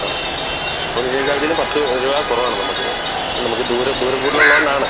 ആ മിനിമം ചാർജിലും പത്ത് രൂപ കുറവാണ് നമുക്കിത് നമുക്ക് ദൂരം ദൂരം കൂടുതലുള്ളോണ്ടാണ്